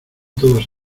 todos